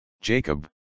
Jacob